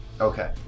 Okay